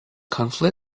conflict